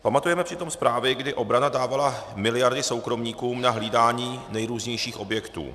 Pamatujeme přitom zprávy, kdy obrana dávala miliardy soukromníkům na hlídání nejrůznějších objektů.